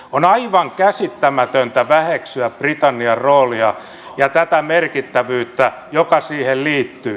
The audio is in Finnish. on aivan käsittämätöntä väheksyä britannian roolia ja tätä merkittävyyttä joka siihen liittyy